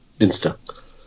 Insta